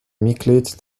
mitglied